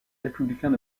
républicains